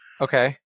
Okay